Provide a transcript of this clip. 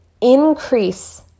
increase